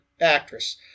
Actress